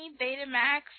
Betamax